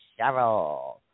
Cheryl